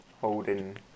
holding